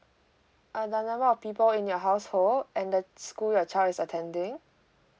err the number of people in your household and the school your child is attending